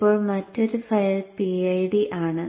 അപ്പോൾ മറ്റൊരു file PID ആണ്